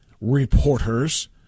Reporters